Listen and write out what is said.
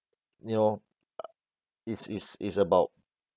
you know it's it's it's about